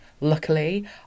Luckily